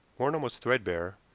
worn almost threadbare,